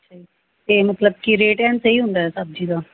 ਅੱਛਾ ਜੀ ਤਾਂ ਮਤਲਬ ਕਿ ਰੇਟ ਐਨ ਸਹੀ ਹੁੰਦਾ ਸਬਜ਼ੀ ਦਾ